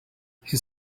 his